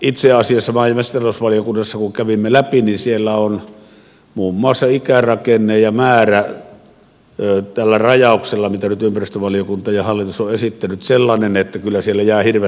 itse asiassa kun maa ja metsätalousvaliokunnassa tämän kävimme läpi niin siellä on muun muassa ikärakenne ja määrä tällä rajauksella mitä nyt ympäristövaliokunta ja hallitus ovat esittäneet sellainen että kyllä siellä jäävät hirvet kaatamatta